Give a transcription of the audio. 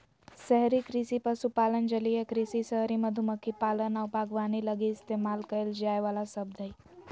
शहरी कृषि पशुपालन, जलीय कृषि, शहरी मधुमक्खी पालन आऊ बागवानी लगी इस्तेमाल कईल जाइ वाला शब्द हइ